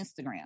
Instagram